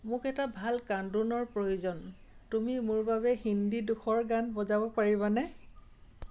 মোক এটা ভাল কান্দোনৰ প্ৰয়োজন তুমি মোৰ বাবে হিন্দী দুখৰ গান বজাব পাৰিবানে